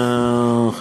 תודה רבה,